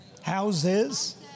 Houses